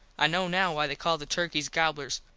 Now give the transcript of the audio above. i know now why they call the turkys gobblers.